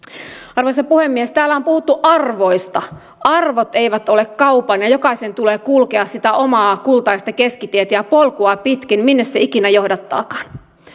arvoisa puhemies täällä on puhuttu arvoista arvot eivät ole kaupan ja jokaisen tulee kulkea sitä omaa kultaista keskitietä ja ja polkua pitkin minne se ikinä johdattaakaan